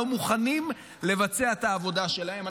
לא מוכנים לבצע את העבודה שלהם.